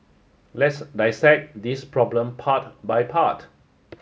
let's dissect this problem part by part